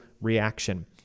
reaction